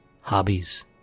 Hobbies